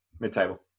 mid-table